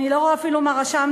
אני לא רואה אפילו מה רשמתי,